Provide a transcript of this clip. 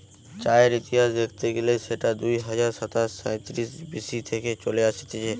চায়ের ইতিহাস দেখতে গেলে সেটা দুই হাজার সাতশ সাইতিরিশ বি.সি থেকে চলে আসতিছে